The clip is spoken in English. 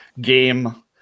game